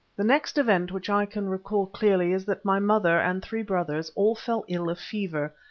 the next event which i can recall clearly is that my mother and three brothers all fell ill of fever,